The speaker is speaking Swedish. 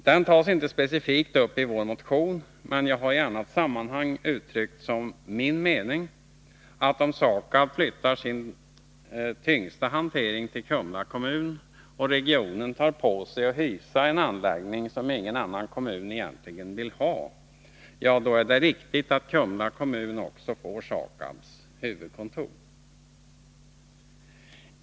Den tas inte specifikt upp i vår motion, men jag har i annat sammanhang uttryckt som min mening att om SAKAB flyttar sin tyngsta hantering till Kumla kommun och regionen tar på sig att hysa en anläggning som ingen annan kommun egentligen vill ha, då är det rimligt att Kumla kommun också får SAKAB:s huvudkontor.